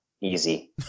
Easy